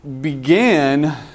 began